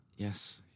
Yes